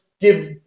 give